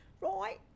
Right